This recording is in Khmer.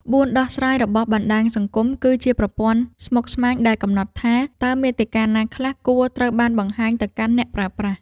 ក្បួនដោះស្រាយរបស់បណ្ដាញសង្គម គឺជាប្រព័ន្ធស្មុគស្មាញដែលកំណត់ថា តើមាតិកាណាខ្លះគួរត្រូវបានបង្ហាញទៅកាន់អ្នកប្រើប្រាស់។